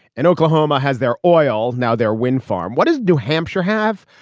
and oklahoma has their oil. now their wind farm, what does new hampshire have?